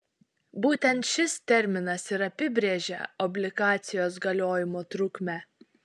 būtent šis terminas ir apibrėžia obligacijos galiojimo trukmę